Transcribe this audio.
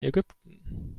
ägypten